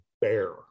bear